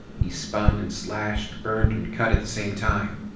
he spun and slashed, burned and cut at the same time.